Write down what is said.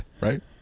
right